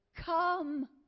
come